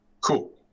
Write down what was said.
Cool